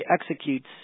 executes